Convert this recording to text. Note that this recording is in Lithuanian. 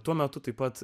tuo metu taip pat